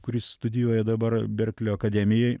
kuris studijuoja dabar berklio akademijoj